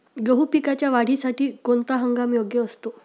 गहू पिकाच्या वाढीसाठी कोणता हंगाम योग्य असतो?